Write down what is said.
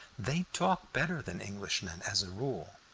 they talk better than englishmen, as a rule.